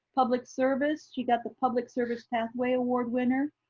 public service. she got the public service pathway award winner.